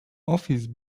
office